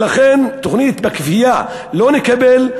ולכן, תוכנית בכפייה לא נקבל.